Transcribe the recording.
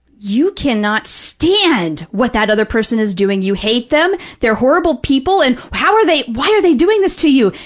you cannot stand what that other person is doing. you hate them. they're horrible people, and how are they, why are they doing this to you?